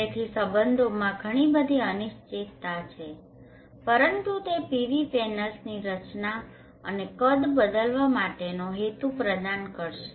તેથી સંબંધોમાં ઘણી બધી અનિશ્ચિતતાઓ છે પરંતુ તે PV પેનલ્સની રચના અને કદ બદલવા માટેનો હેતુ પ્રદાન કરશે